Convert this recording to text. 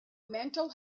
mental